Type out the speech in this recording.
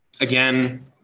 again